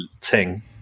ting